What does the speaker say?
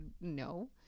no